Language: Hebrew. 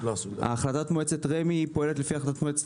החלטת מועצת רמ"י פועלת לפי החלטת מועצת